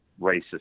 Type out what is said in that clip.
racist